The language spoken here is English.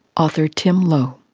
author tim low.